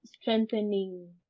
strengthening